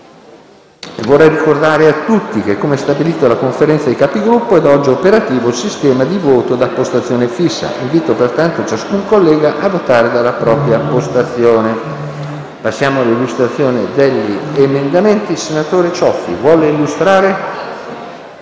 Vorrei ricordare a tutti che, come stabilito dalla Conferenza dei Capigruppo, è da oggi operativo il sistema di voto da postazione fissa. Invito pertanto ciascun collega a votare dalla propria postazione. Passiamo all'esame degli emendamenti e degli ordini del